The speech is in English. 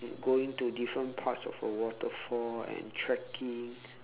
going to different parts of a waterfall and trekking